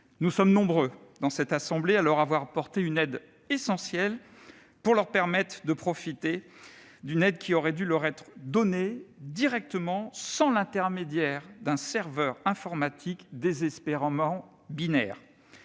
Nous sommes nombreux dans cette assemblée à leur avoir apporté un soutien essentiel pour leur permettre de profiter d'une aide qui aurait dû leur être fournie directement, sans l'intermédiaire d'un serveur informatique désespérément binaire.